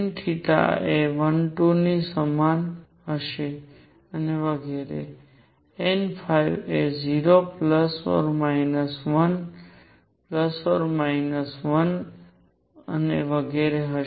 n એ 1 2 સમાન ની હશે અને વગેરે n એ 0 પ્લસ માઇનસ 1 વત્તા માઇનસ 1 અને વગેરે હશે